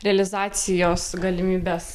realizacijos galimybes